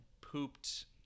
pooped